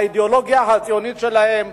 האידיאולוגיה הציונית שלהם,